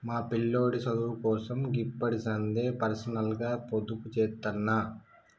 మా పిల్లోడి సదువుకోసం గిప్పడిసందే పర్సనల్గ పొదుపుజేత్తన్న